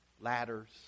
ladders